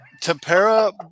tempera